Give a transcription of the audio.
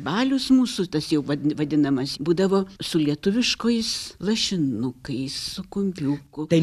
balius mūsų tas jau vad vadinamas būdavo su lietuviškais lašinukais kumpiuku